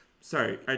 Sorry